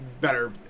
better